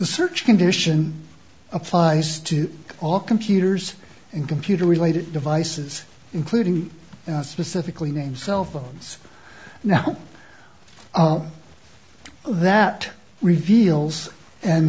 search condition five is to all computers and computer related devices including specifically named cell phones now that reveals and